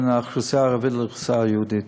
בין האוכלוסייה הערבית לאוכלוסייה יהודית.